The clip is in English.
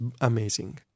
amazing